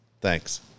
Thanks